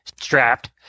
strapped